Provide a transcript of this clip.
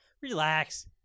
Relax